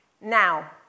Now